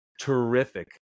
terrific